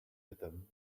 rhythm